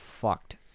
fucked